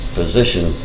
position